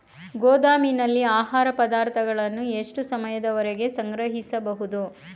ಗೋದಾಮಿನಲ್ಲಿ ಆಹಾರ ಪದಾರ್ಥಗಳನ್ನು ಎಷ್ಟು ಸಮಯದವರೆಗೆ ಸಂಗ್ರಹಿಸಬಹುದು?